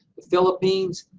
the philippines,